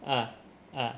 ah ah